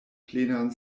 plenan